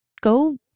go